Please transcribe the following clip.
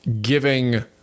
giving